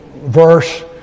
verse